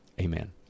amen